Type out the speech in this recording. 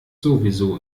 sowieso